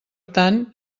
tant